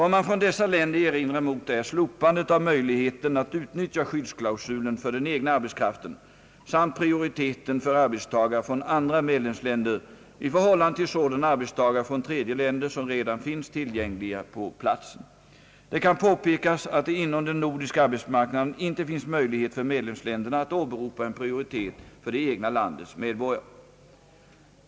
Vad man från dessa länder erinrar mot är slopandet av möjligheten att utnyttja skyddsklausulen för den egna arbetskraften samt prioriteten för arbetstagare från andra medlemsländer i förhållande till sådana arbetstagare från tredje länder som redan finns tillgängliga på platsen. Det kan påpekas att det inom den nordiska arbetsmarknaden inte finns möjlighet för medlemsländerna att åberopa en prioritet för det egna landets medborgare.